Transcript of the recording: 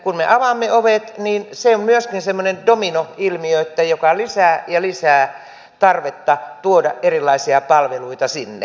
kun me avaamme ovet niin se on myöskin sellainen dominoilmiö joka lisää ja lisää tarvetta tuoda erilaisia palveluita sinne